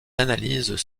analyses